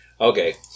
Okay